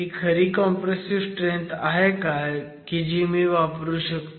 ही खरी compressive strength आहे का जी मी वापरू शकतो